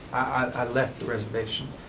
i left the reservation,